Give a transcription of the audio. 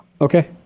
Okay